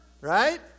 right